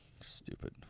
Stupid